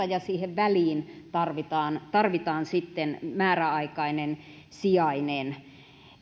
ja siihen väliin tarvitaan tarvitaan määräaikainen sijainen